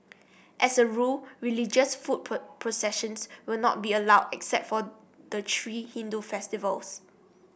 as a rule religious foot processions will not be allowed except for the three Hindu festivals